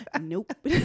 Nope